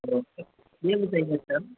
okay یہ تو صحیح ہے سر